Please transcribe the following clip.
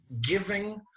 giving